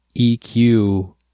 EQ